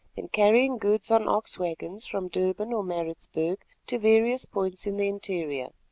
in carrying goods on ox waggons from durban or maritzburg to various points in the interior.